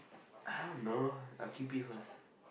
I don't know I'll keep it first